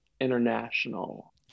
international